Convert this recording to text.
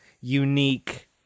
unique